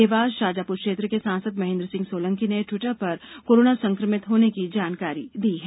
देवास शाजापुर क्षेत्र के सांसद महेन्द्र सिंह सोलंकी ने ट्वीटर पर कोरोना संक्रमित होने की जानकारी दी है